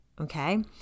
Okay